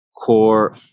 core